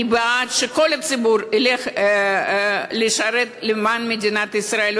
אני בעד שכל הציבור ילך לשרת למען מדינת ישראל.